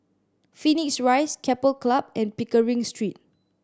Phoenix Rise Keppel Club and Pickering Street